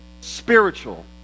spiritual